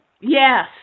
Yes